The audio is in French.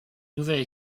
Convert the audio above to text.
nouvelle